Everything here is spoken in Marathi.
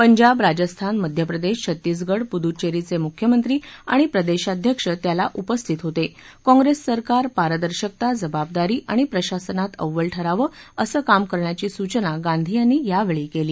पंजाब राजस्थान मध्यप्रदेश छत्तीसगड पुदुच्वेरीचे मुख्यमंत्री आणि प्रदेशाध्यक्ष त्याला उपस्थित होते काँग्रेस सरकार पारदर्शकता जबाबदारी आणि प्रशासनात अव्वल ठरावी असं काम करण्याची सूचना गांधी यांनी यावेळी केली